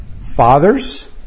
fathers